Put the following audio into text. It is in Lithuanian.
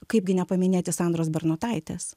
kaipgi nepaminėti sandros bernotaitės